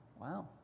Wow